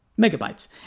megabytes